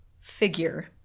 figure